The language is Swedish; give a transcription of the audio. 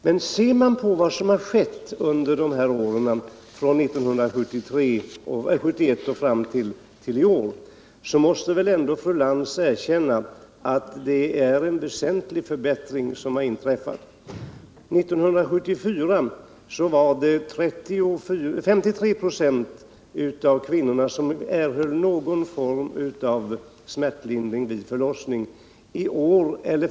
Men ser man på vad som har skett under åren från 1971 och fram till i år, så måste väl ändå fru Lantz erkänna att det är en väsentlig förbättring. År 1974 erhöll 53 96 av kvinnorna någon form av smärtlindring vid förlossningen.